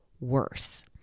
worse